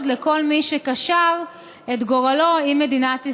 לכל מי שקשר את גורלו עם מדינת ישראל.